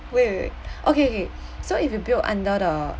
wait wait wait okay okay so if you build under the